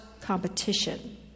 Competition